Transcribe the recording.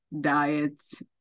diets